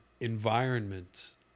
environments